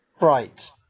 Right